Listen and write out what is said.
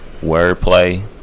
wordplay